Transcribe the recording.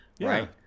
Right